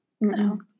No